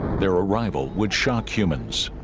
their arrival would shock humans